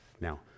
Now